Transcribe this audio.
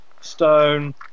stone